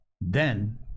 Then